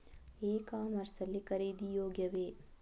E commerce ಲ್ಲಿ ಖರೀದಿ ಯೋಗ್ಯವೇ?